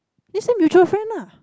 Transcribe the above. just say mutual friend ah